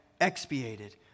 expiated